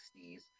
60s